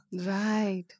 Right